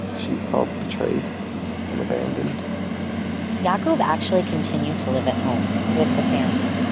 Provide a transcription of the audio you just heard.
she felt betrayed and abandoned yaakov actually continued to live at home, with the family.